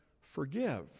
forgive